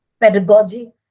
pedagogy